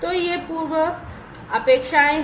तो ये पूर्वापेक्षाएँ हैं